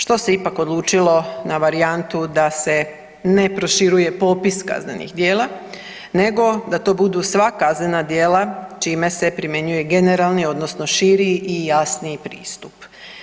Što se ipak odlučilo na varijantu da se ne proširuje popis kaznenih djela nego da to budu sva kaznena djela čime se primjenjuje generalni odnosno širi i jasniji pristup.